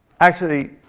actually,